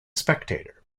spectator